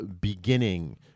beginning